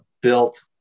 built